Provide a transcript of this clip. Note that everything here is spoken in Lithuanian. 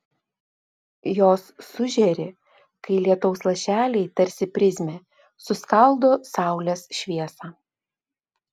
jos sužėri kai lietaus lašeliai tarsi prizmė suskaldo saulės šviesą